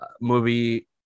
movie